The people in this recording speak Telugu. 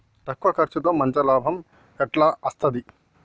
తక్కువ కర్సుతో మంచి లాభం ఎట్ల అస్తది?